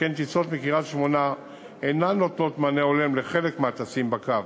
שכן טיסות מקריית-שמונה אינן נותנות מענה הולם לחלק מהטסים בקו